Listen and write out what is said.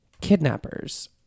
kidnappers